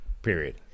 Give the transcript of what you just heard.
period